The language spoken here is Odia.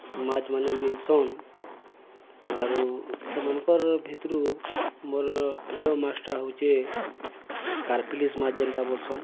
ମାଛ୍ମାନେ ମିଲ୍ସନ୍ ଆରୁ ସେମାନ୍କର୍ ଭିତ୍ରୁ ମୋର୍ ପ୍ରିୟ ମାଛ୍ଟା ହଉଚେ କାର୍ପିଲିସ୍ ମାଛ୍ ଯେନ୍ଟା ବଲ୍ସନ୍